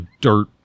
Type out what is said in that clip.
dirt